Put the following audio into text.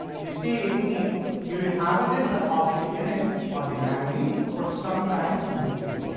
you see, it means you inhabited the housing unit ordinarily for some time in the year.